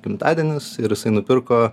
gimtadienis ir jisai nupirko